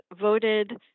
voted